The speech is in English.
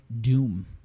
Doom